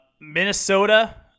Minnesota